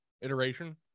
iteration